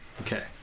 Okay